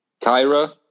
Kyra